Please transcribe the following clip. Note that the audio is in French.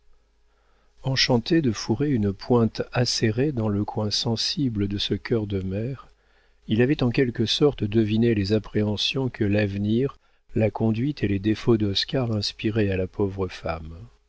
enchanté de fourrer une pointe acérée dans le coin sensible de ce cœur de mère il avait en quelque sorte deviné les appréhensions que l'avenir la conduite et les défauts d'oscar inspiraient à la pauvre femme